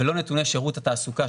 ולא נתוני שירות התעסוקה,